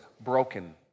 Broken